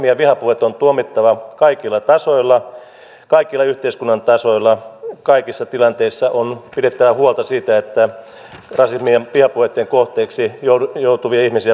rasismi ja vihapuheet on tuomittava kaikilla yhteiskunnan tasoilla kaikissa tilanteissa on pidettävä huolta siitä että rasismin ja vihapuheitten kohteeksi joutuvia ihmisiä puolustetaan